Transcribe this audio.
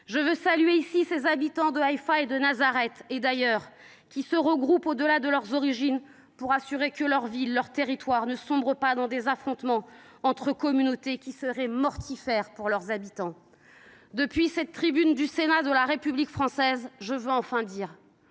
Je veux saluer ici les habitants de Haïfa, de Nazareth et d’ailleurs qui se regroupent au delà de leurs origines pour assurer que leur ville, leur territoire ne sombrent pas dans des affrontements entre communautés, qui seraient mortifères pour leurs habitants. Depuis cette tribune du Sénat de la République française, je veux dire